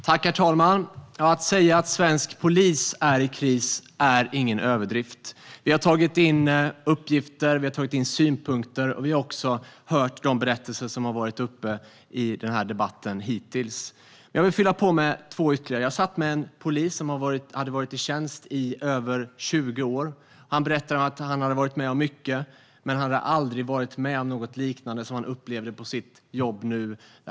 Herr talman! Att säga att svensk polis är i kris är ingen överdrift. Vi har tagit in uppgifter och synpunkter, och vi har också hört de berättelser som hittills har varit uppe i debatten. Jag vill fylla på med två ytterligare. Jag satt med en polis som hade varit i tjänst i över 20 år. Han berättade att han hade varit med om mycket. Men han hade aldrig varit med om något liknande som han upplevde nu på sitt jobb.